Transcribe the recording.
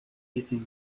using